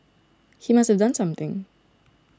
he must have done something